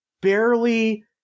barely